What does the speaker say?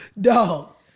Dog